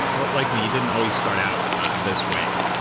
but like me, you didn't always start out this way.